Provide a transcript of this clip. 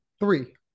three